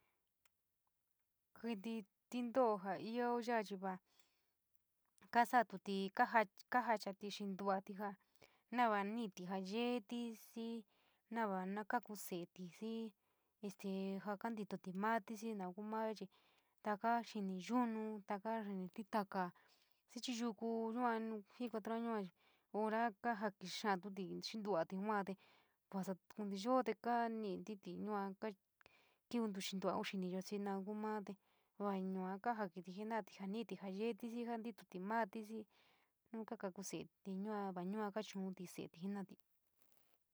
Kiví tintoo ja io ya chi va kasatuti ka kajanchita xiin tuoi, va ka miyou, jaa yeeii xii no va kekusete xii este ja kamitott marix xii nanu ksoo va nou taka xin, taka xin, tataka xin chi yoku yoo nu jitu yuu aura kaiyo kantuuchi tuo yuu, pues keitu yo kuu ni tuo jitu kinuta xinu yuu tuo nu moo yuu kajikit jenott jaa, yeeii xii io no va yosu kekuketi te yua va yuu kachu´uti so´eti jana+atii.